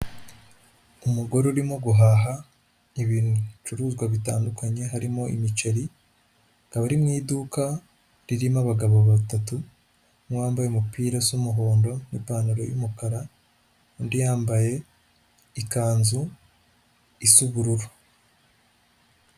Umugore urimo guhaha ibicuruzwa bitandukanye harimo imiceri, akaba ari mu iduka ririmo abagabo batatu, umwe wambaye umupira usa umuhondo, ipantaro y'umukara, undi yambaye ikanzu isa ubururu.